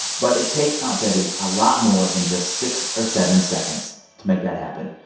but it takes aunt betty a lot more than just six or seven seconds to make that happen.